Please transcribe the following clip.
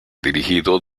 dirigido